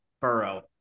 Burrow